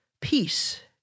peace